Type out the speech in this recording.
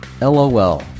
LOL